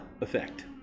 Effect